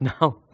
No